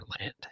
land